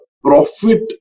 profit